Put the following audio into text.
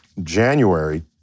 January